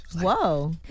Whoa